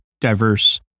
diverse